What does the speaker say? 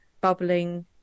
bubbling